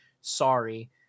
Sorry